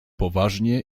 poważnie